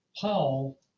Paul